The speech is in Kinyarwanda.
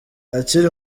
akiri